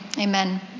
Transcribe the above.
Amen